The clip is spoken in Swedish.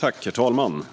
Herr talman!